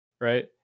right